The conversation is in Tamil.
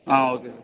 ah okay sir